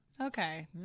Okay